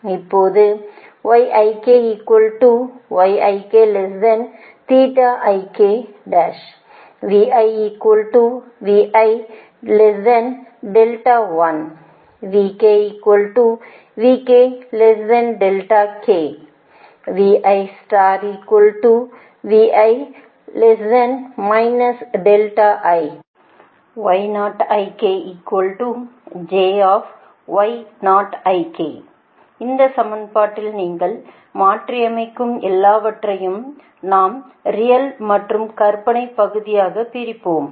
இப்போது இந்த சமன்பாட்டில் நீங்கள் மாற்றியமைக்கும் எல்லாவற்றையும் நாம் ரியல் மற்றும் கற்பனைப் பகுதியாக பிரிப்போம்